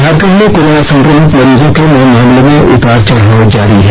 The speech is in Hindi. झारखंड में कोरोना संक्रमित मरीजों के नये मामलों में उतार चढ़ाव जारी है